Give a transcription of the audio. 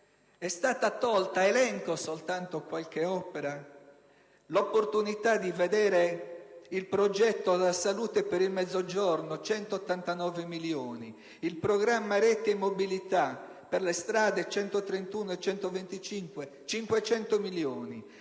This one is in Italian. è stata tolta - elenco soltanto qualche opera - l'opportunità di vedere il progetto sulla salute per il Mezzogiorno (189 milioni), il programma rete e mobilità per le strade (131, 125 e 500 milioni),